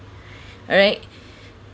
alright